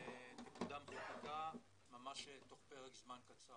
ותקודם חקיקה ממש תוך פרק זמן קצר.